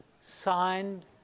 signed